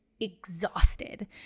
Exhausted